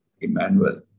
Emmanuel